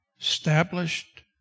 established